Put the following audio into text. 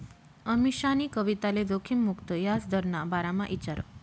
अमीशानी कविताले जोखिम मुक्त याजदरना बारामा ईचारं